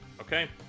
okay